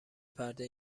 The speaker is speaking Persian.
پرده